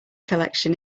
collection